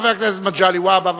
חבר הכנסת מגלי והבה.